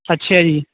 ਅੱਛਾ ਜੀ